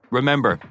Remember